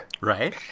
Right